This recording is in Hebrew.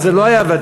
אז זה לא היה ודאי.